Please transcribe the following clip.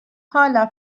hâlâ